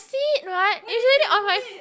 see it right it's already on my